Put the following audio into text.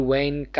Wayne